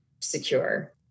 secure